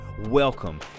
welcome